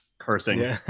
cursing